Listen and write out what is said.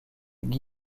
guy